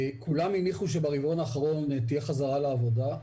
כולם הניחו שברבעון האחרון תהיה חזרה לעבודה,